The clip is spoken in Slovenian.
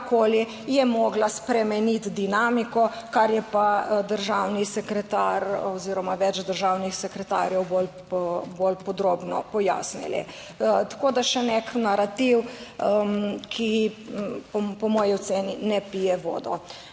karkoli, je mogla spremeniti dinamiko, kar je pa državni sekretar oziroma več državnih sekretarjev bolj podrobno pojasnila. Tako, da še nek narativ ki po moji oceni ne pije vodo.